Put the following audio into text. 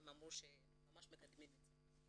הם אמרו שממש מקדמים את זה.